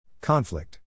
Conflict